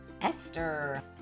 Esther